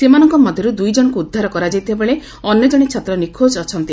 ସେମାନଙ୍ଙ ମଧ୍ଧରୁ ଦୁଇଜଣଙ୍ଙୁ ଉଦ୍ଧାର କରାଯାଇଥିବାବେଳେ ଅନ୍ୟ ଜଶେ ଛାତ୍ର ନିଖୋଜ ଅଛି